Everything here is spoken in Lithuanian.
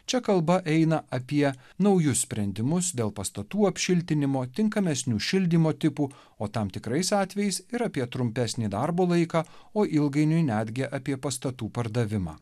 čia kalba eina apie naujus sprendimus dėl pastatų apšiltinimo tinkamesnių šildymo tipų o tam tikrais atvejais ir apie trumpesnį darbo laiką o ilgainiui netgi apie pastatų pardavimą